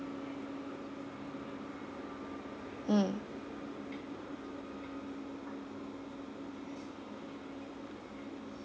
mm